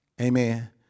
Amen